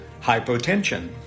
Hypotension